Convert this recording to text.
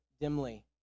dimly